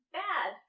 bad